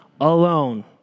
alone